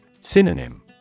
Synonym